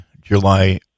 july